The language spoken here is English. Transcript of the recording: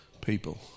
people